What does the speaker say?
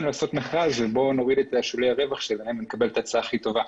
לעשות מכרז שבו נוריד את שולי הרווח ונקבל את ההצעה הכי טובה.